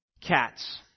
CATS